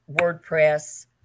WordPress